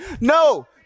no